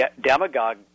demagogue